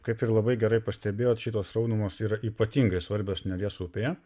kaip ir labai gerai pastebėjot šitos sraunumos yra ypatingai svarbios neries upėje